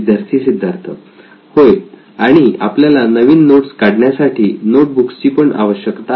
विद्यार्थी सिद्धार्थ होय आणि आपल्याला नवीन नोट्स काढण्यासाठी नोट बुक्सची पण आवश्यकता आहे